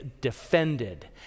defended